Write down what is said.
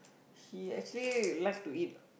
she actually like to eat